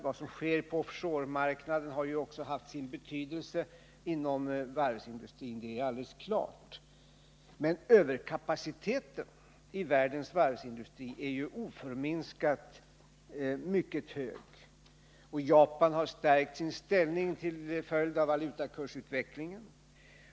Det som sker på offshoremarknaden har också haft sin betydelse inom varvsindustrin, det är alldeles klart. Men överkapaciteten i världens varvsindustri är oförminskat mycket hög. Japan har stärkt sin ställning till följd av valutakursutvecklingen.